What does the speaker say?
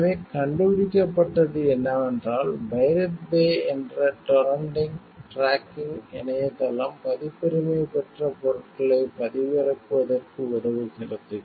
எனவே கண்டுபிடிக்கப்பட்டது என்னவென்றால் பைரேட் பே என்ற டொரண்ட் டிராக்கிங் இணையதளம் பதிப்புரிமை பெற்ற பொருட்களைப் பதிவிறக்குவதற்கு உதவுகிறது